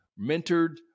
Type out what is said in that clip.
mentored